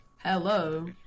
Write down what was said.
Hello